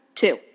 Two